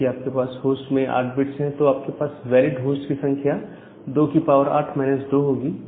क्योंकि आपके पास होस्ट में 8 बिट्स है तो आपके पास वैलिड होस्ट की संख्या 28 2 होगी